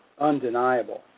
undeniable